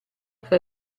fra